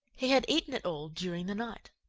he had eaten it all during the night.